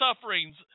sufferings